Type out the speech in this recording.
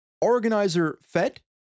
organizer-fed